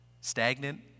Stagnant